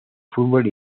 fútbol